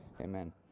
Amen